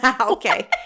Okay